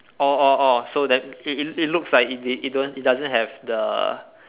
orh orh orh so then it it it looks like it don't it doesn't have the